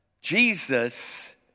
Jesus